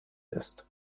ist